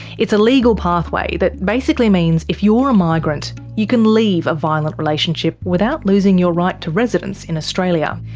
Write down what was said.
it's a legal pathway that basically means if you're a migrant, you can leave a violent relationship without losing your right to residence in australia.